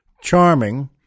charming